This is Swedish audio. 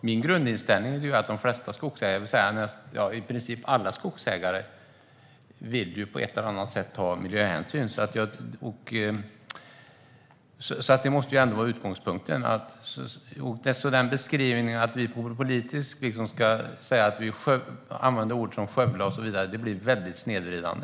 Min inställning är ju att i princip alla skogsägare på ett eller annat sätt vill ta miljöhänsyn, så detta måste ändå vara utgångspunkten. Att vi politiker använder ord som "skövla" i våra beskrivningar anser jag blir väldigt snedvridande.